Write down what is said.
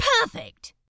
Perfect